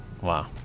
Wow